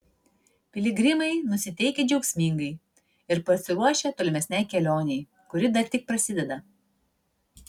piligrimai nusiteikę džiaugsmingai ir pasiruošę tolimesnei kelionei kuri dar tik prasideda